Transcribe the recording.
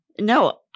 No